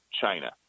china